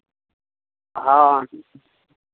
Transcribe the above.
हँ